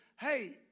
Hey